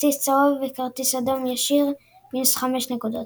כרטיס צהוב וכרטיס אדום ישיר – 5- נקודות.